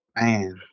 Man